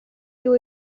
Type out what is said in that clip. you